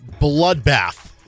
bloodbath